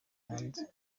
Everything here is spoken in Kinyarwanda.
hanze